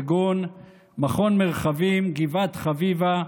כגון מכון מרחבים וגבעת חביבה,